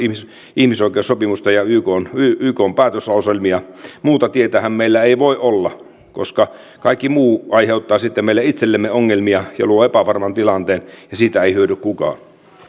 ihmisoikeussopimusta ja ykn ykn päätöslauselmia muuta tietähän meillä ei voi olla koska kaikki muu aiheuttaa sitten meille itsellemme ongelmia ja luo epävarman tilanteen ja siitä ei hyödy kukaan